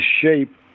shape